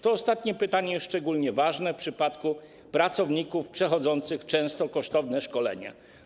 To ostatnie pytanie jest szczególnie ważne w przypadku pracowników przechodzących często kosztowne szkolenie.